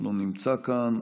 אינו נמצא כאן,